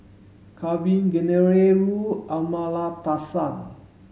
Kavignareru Amallathasan